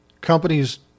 companies